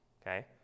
okay